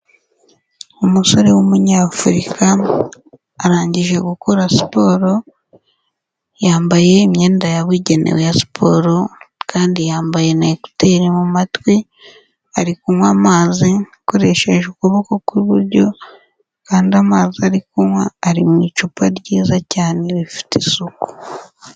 Umusore w'umunyafurika arangije gukora siporo, yambaye imyenda yabugenewe ya siporo kandi yambaye na ekuteri mu matwi, ari kunywa amazi akoresheje ukuboko kw'iburyo kandi amazi ari kunywa ari mu icupa ryiza cyane rifite isuku.